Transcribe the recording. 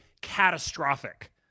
catastrophic